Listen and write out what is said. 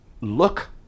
look